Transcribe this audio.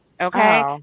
Okay